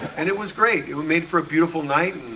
and it was great, it made for a beautiful night,